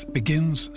begins